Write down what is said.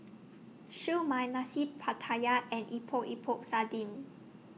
Siew Mai Nasi Pattaya and Epok Epok Sardin